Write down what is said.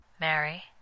Mary